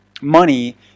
money